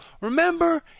Remember